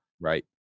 right